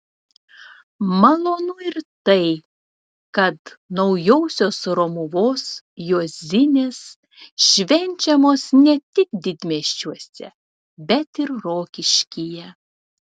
malonu ir tai kad naujosios romuvos juozinės švenčiamos ne tik didmiesčiuose bet ir rokiškyje